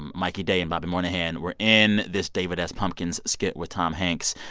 mikey day and bobby moynihan were in this david s. pumpkins skit with tom hanks,